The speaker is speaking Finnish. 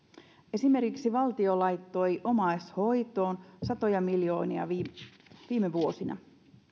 esimerkiksi valtio laittoi omaishoitoon satoja miljoonia viime viime vuosina